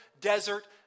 desert